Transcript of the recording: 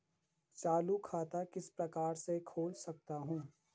चालू खाता किस प्रकार से खोल सकता हूँ?